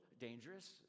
dangerous